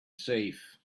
safe